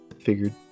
Figured